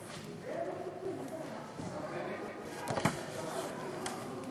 חברת הכנסת יעל